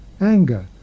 anger